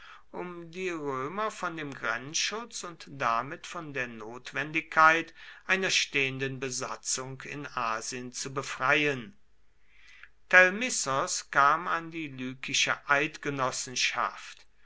um die römer von dem grenzschutz und damit von der notwendigkeit einer stehenden besatzung in asien zu befreien telmissos kam an die lykische eidgenossenschaft